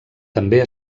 també